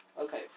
Okay